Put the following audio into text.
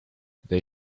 they